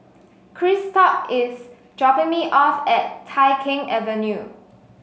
Christop is dropping me off at Tai Keng Avenue